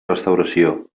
restauració